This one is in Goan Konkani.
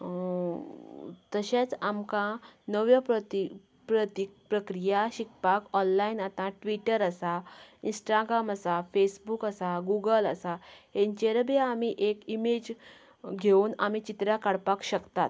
तशेंच आमकां नव्यो प्रती प्रतीक प्रक्रिया शिकपाक ऑनलायन आतां ट्विटर आसा इस्टाग्राम आसा फेसबूक आसा गूगल आसा हेंचेर बी आमी एक इमेज घेवन आमी चित्रां काडपाक शकतात